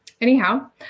anyhow